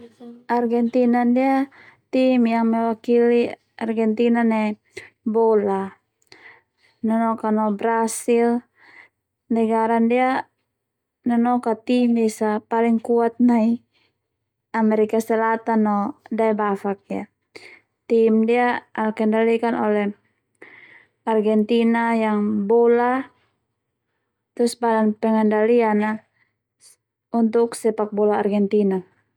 Argentina ndia tim yang mewakili Argentina nai bola nanoka no Brazil negara ndia nanoka tim esa paling kuat nai Amerika Selatan no daebafok ia tim ndia dikendalikan oleh Argentina yang bola terus badan pengendalian yang untuk sepak bola Argentina.